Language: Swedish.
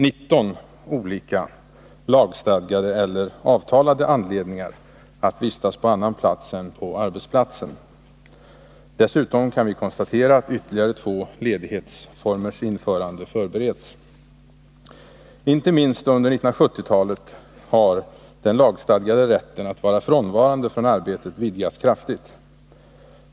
19 olika lagstadgade eller avtalade anledningar att vistas på annan plats än på arbetsplatsen. Dessutom kan vi konstatera att ytterligare två ledighetsformers införande förbereds. Inte minst under 1970-talet har den lagstadgade rätten att vara frånvarande från arbetet vidgats kraftigt.